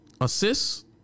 Assists